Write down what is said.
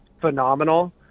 phenomenal